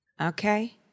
Okay